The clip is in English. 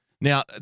Now